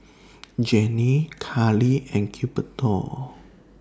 Janie Carli and Gilberto